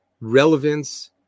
relevance